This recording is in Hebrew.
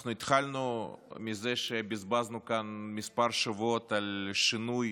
אנחנו התחלנו מזה שבזבזנו כאן כמה שבועות על שינוי